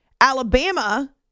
Alabama